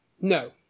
No